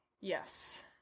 yes